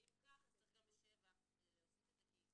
ואם כך אז צריך גם ב-7 להוסיף את זה,